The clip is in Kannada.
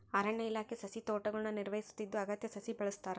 ಅರಣ್ಯ ಇಲಾಖೆ ಸಸಿತೋಟಗುಳ್ನ ನಿರ್ವಹಿಸುತ್ತಿದ್ದು ಅಗತ್ಯ ಸಸಿ ಬೆಳೆಸ್ತಾರ